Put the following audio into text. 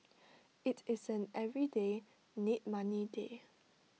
IT is an everyday need money day